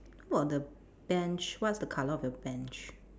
how about the bench what's the colour of your bench